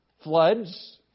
Floods